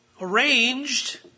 Arranged